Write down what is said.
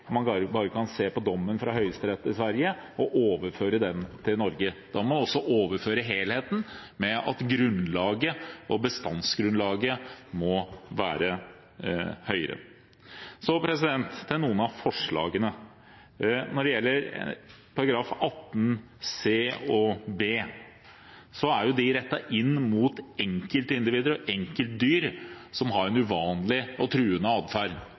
bare kan se på dommen fra høyesteretten i Sverige og overføre den til Norge. Da må man også overføre helheten med at grunnlaget og bestandsgrunnlaget må være høyere. Så til noen av forslagene: Når det gjelder § 18 b og c, er de rettet inn mot enkeltindivider og enkeltdyr som har en uvanlig og truende atferd.